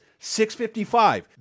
6.55